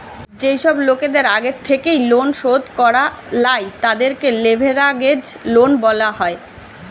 যেই সব লোকদের আগের থেকেই লোন শোধ করা লাই, তাদেরকে লেভেরাগেজ লোন বলা হয়